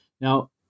Now